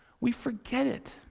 we forget it.